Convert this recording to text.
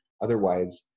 Otherwise